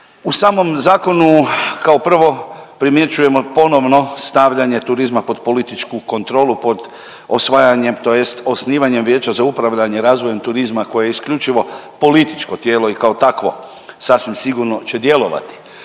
U samom zakonu kao prvo primjećujemo ponovno stavljanje turizma pod političku kontrolu, pod osvajanjem tj. osnivanjem Vijeća za upravljanje razvoja turizma koje je isključivo političko tijelo i kao takvo sasvim sigurno će djelovati.